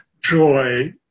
joy